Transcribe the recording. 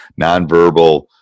nonverbal